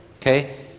okay